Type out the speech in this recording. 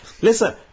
listen